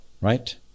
Right